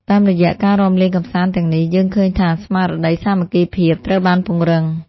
តាមរយៈការរាំលេងកម្សាន្តទាំងនេះ យើងឃើញថាស្មារតីសាមគ្គីភាពត្រូវបានពង្រឹង។